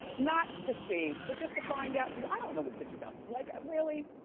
not to see but just to find out. cause i don't know what this stuff, like really?